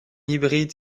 hybride